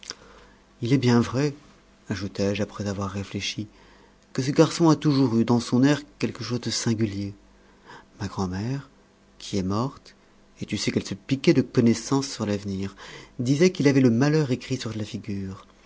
il est bien vrai ajoutai-je après avoir réfléchi que ce garçon a toujours eu dans son air quelque chose de singulier ma grand'mère qui est morte et tu sais qu'elle se piquait de connaissances sur l'avenir disait qu'il avait le malheur écrit sur la figure